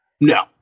No